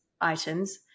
items